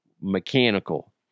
mechanical